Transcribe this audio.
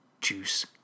Juice